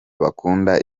bakunda